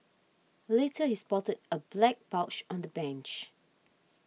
later he spotted a black pouch on the bench